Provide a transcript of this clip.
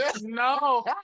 no